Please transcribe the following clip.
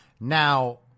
Now